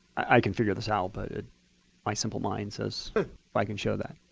i can figure this out, but my simple mind says if i can show that.